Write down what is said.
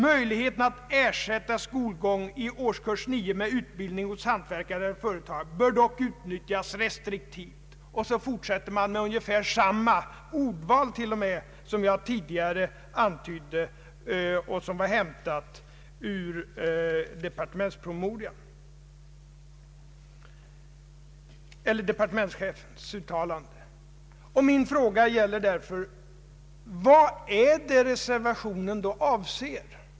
Möjligheten att ersätta skolgång i årskurs 9 med utbildning hos hantverkare eller företagare bör dock utnyttjas restriktivt ———.” Sedan fortsätter man med ungefär samma ordval som jag tidigare antytt och som var hämtat ur departementschefens uttalande. Min fråga gäller därför: Vad är det då reservationen avser?